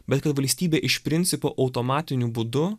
bet kad valstybė iš principo automatiniu būdu